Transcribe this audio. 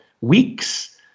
weeks